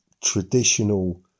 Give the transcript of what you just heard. traditional